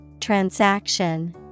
Transaction